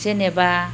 जेनेबा